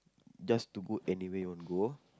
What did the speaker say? just to go anywhere you wanna go